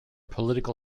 political